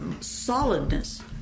solidness